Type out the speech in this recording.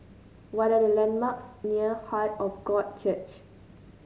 what are the landmarks near Heart of God Church